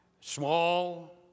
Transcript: small